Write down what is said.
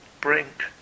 brink